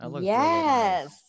yes